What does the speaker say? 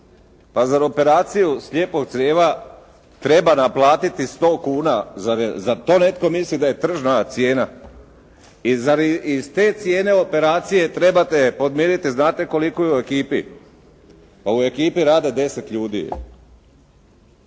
Pa zar operaciju slijepog crijeva treba naplatiti 100 kuna, zar to netko misli da je tržna cijena i zar iz te cijene operacije trebate podmiriti koliko ih u ekipi? U ekipi radi deset ljudi.